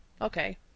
okay